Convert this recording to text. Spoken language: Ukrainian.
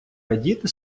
радіти